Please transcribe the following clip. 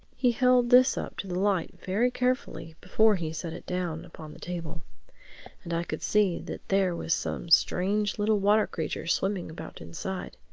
he held this up to the light very carefully before he set it down upon the table and i could see that there was some strange little water-creature swimming about inside.